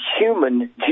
human